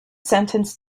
sentence